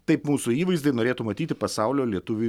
taip mūsų įvaizdį norėtų matyti pasaulio lietuviui